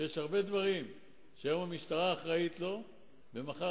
שיש הרבה דברים שהמשטרה אחראית להם ומחר